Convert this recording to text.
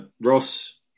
Ross